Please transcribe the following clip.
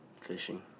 Fishing